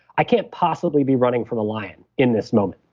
i can't possibly be running from a lion in this moment,